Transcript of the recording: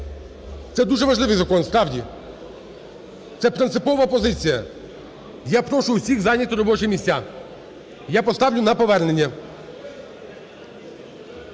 це дуже важливий закон справді, це принципова позиція. Я прошу усіх зайняти робочі місця. Я поставлю на повернення.